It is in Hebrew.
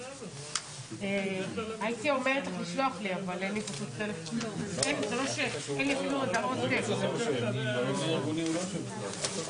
11:05.